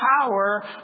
power